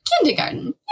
Kindergarten